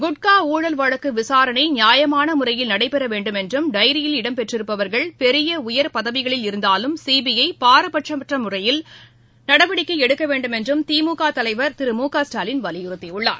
குட்காஊழல் வழக்குவிசாரணைநியாயமானமுறையில் நடைபெறவேண்டும் என்றும் டைரியில் இடம்பெற்று இருப்பவர்கள் பெரியஉயர் பதவிகளில் இருந்தாலும் சிபிஐபாரபட்சமற்றடவடிக்கைஎடுக்கவேண்டும் என்றும் திமுகதலைவர் திரு வலியுறுத்தியுள்ளார்